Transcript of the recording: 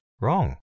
wrong